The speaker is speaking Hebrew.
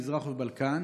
מזרח ובלקן,